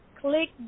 Click